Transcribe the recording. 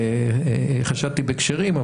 חשדתי בכשרים,